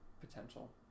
potential